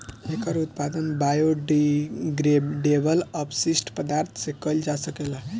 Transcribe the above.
एकर उत्पादन बायोडिग्रेडेबल अपशिष्ट पदार्थ से कईल जा सकेला